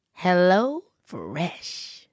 HelloFresh